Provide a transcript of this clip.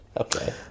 Okay